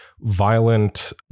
violent